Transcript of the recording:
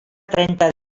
trenta